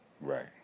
right